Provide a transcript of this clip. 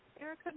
erica